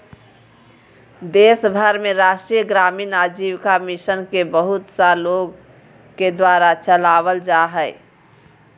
देश भर में राष्ट्रीय ग्रामीण आजीविका मिशन के बहुत सा लोग के द्वारा चलावल जा हइ